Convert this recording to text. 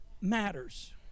matters